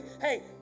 Hey